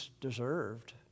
deserved